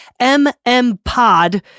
MMPOD